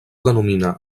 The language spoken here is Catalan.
denomina